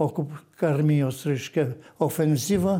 okupkarmijos reiškia ofenzyvą